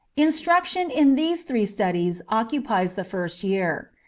instruction in these three studies occupies the first year.